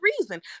reason